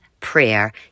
prayer